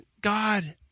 God